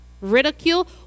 ridicule